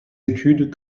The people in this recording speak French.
études